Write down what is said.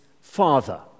Father